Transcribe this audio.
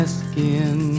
skin